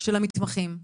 של המתמחים,